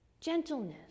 gentleness